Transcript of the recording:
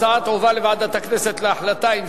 ההצעה תועבר לוועדת העבודה,